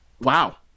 Wow